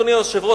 אדוני היושב-ראש,